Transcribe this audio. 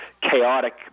chaotic